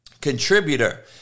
contributor